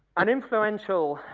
an influential